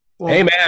Amen